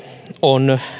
on